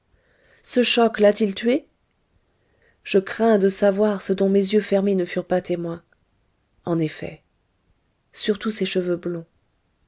ce choc l'a-t-il tué je crains de savoir ce dont mes yeux fermés ne furent pas témoins en effet surtout ses cheveux blonds